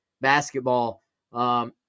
basketball